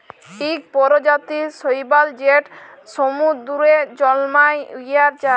ইক পরজাতির শৈবাল যেট সমুদ্দুরে জল্মায়, উয়ার চাষ